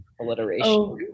Alliteration